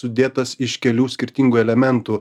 sudėtas iš kelių skirtingų elementų